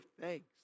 thanks